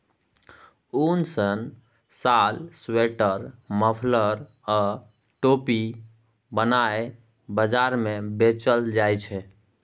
उन सँ साल, स्वेटर, मफलर आ टोपी बनाए बजार मे बेचल जाइ छै